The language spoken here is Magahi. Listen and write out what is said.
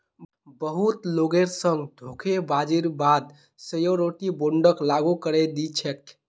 बहुत लोगेर संग धोखेबाजीर बा द श्योरटी बोंडक लागू करे दी छेक